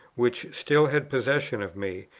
which still had possession of me,